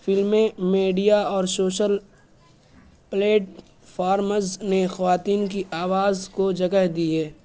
فلمیں میڈیا اور social platforms نے خواتین کی آواز کو جگہ دی ہے